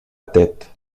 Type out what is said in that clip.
tête